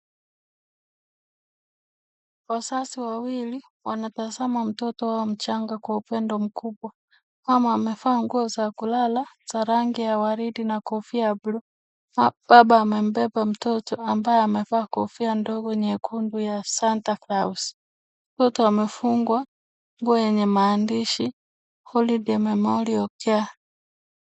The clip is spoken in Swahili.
Wazazi wawili wanatazama mtoto wao mchanga kwa upendo mkubwa. Mama amevaa nguo za kulala za rangi ya waridi na kofia ya buluu. Baba amembeba mtoto ambaye amevaa kofia ndogo nyekundu ya santa claus mtoto amefungwa nguo yenye maandishi holiday memorial care .